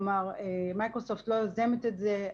כלומר, מייקרוסופט לא יוזמת את זה.